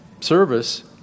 service